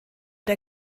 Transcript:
der